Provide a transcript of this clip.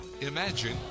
imagine